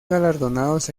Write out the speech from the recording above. galardonados